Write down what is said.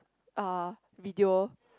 uh video